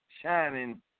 Shining